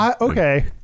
Okay